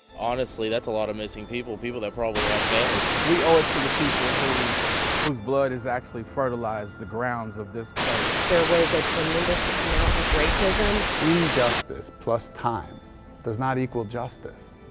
honestly that's a lot of missing people, people that probably had families. we owe it to the people who whose blood has actually fertilized the grounds of this place. there was a tremendous amount of racism injustice plus time does not equal justice.